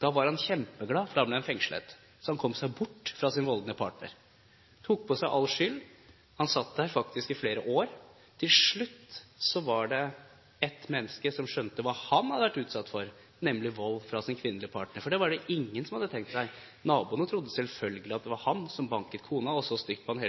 da ble han fengslet, så han kom seg bort fra sin voldelige partner. Han tok på seg all skyld. Han satt der faktisk i flere år. Til slutt var det ett menneske som skjønte hva han hadde vært utsatt for, nemlig vold fra sin kvinnelige partner. Det var det ingen som hadde tenkt seg. Naboene trodde selvfølgelig at det var han som banket kona, og så stygt på ham,